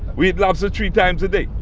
we eat lobster three times a day.